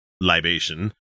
libation